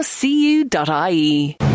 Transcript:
cu.ie